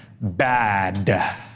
bad